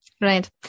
Right